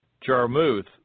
Jarmuth